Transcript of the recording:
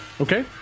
Okay